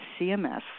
CMS